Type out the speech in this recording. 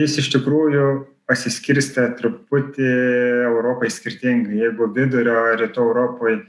jis iš tikrųjų pasiskirstė truputį europai skirtiems jeigu vidurio rytų europoje